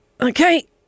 okay